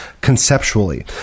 conceptually